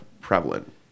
prevalent